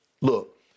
look